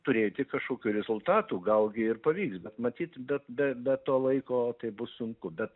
turėti kažkokių rezultatų gal gi ir pavyks bet matyt bet be be to laiko tai bus sunku bet